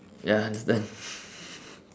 ya understand